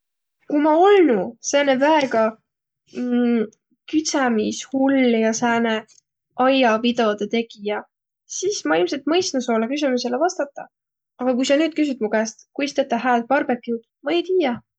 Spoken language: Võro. Ku ma olnuq sääne väega küdsämishull ja sääne aiapidodõ tegijä, sis ma ilmselt mõistnuq seolõ küsümüsele vastadaq, a ku sa nüüd küsüt mu käest, kuis tetäq hääd barbeque'd, sis ma ei tiiäq.